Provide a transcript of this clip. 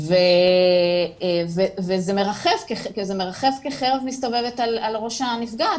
זה מרחף כחרב מסתובבת על ראש הנפגעת,